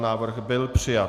Návrh byl přijat.